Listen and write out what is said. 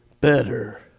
better